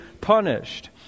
punished